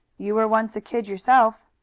you were once a kid yourself.